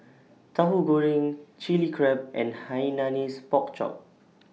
Tahu Goreng Chilli Crab and Hainanese Pork Chop